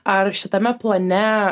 ar šitame plane